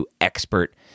expert